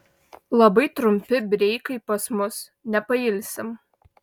labai trumpi breikai pas mus nepailsim